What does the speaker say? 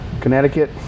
Connecticut